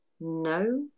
no